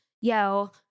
yo